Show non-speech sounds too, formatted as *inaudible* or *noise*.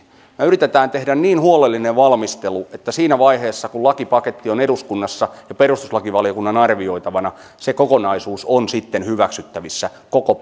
me yritämme tehdä niin huolellisen valmistelun että siinä vaiheessa kun lakipaketti on eduskunnassa ja perustuslakivaliokunnan arvioitavana se kokonaisuus on sitten hyväksyttävissä koko *unintelligible*